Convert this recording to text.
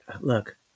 look